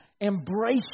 embrace